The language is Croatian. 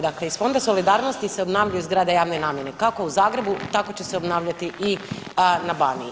Dakle iz Fonda solidarnosti se obnavljaju zgrade javne namjene kako u Zagrebu, tako će se obnavljati i na Baniji.